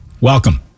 Welcome